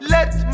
Let